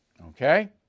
okay